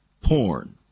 porn